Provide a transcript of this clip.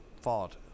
fought